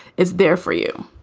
is there for you?